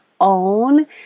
own